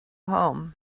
home